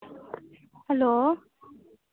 hello